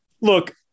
look